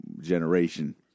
generation